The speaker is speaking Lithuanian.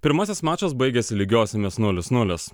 pirmasis mačas baigėsi lygiosiomis nulis nulis